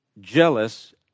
Jealous